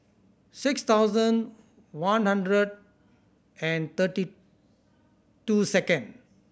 six thousand one hundred and thirty two second